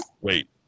Wait